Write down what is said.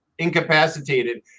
incapacitated